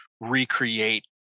recreate